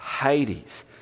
Hades